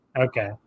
Okay